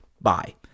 bye